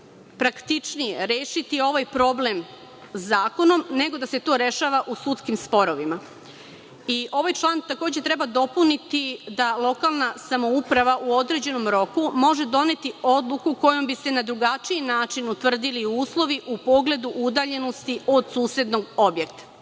praktičnije rešiti ovaj problem zakonom, nego da se to rešava u sudskim sporovima. Ovaj član takođe treba dopuniti, da lokalna samouprava u određenom roku može doneti odluku kojom bi se na drugačiji način utvrdili uslovi u pogledu udaljenosti od susednog objekta. Početak